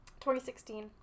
2016